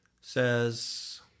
says